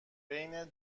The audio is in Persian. بین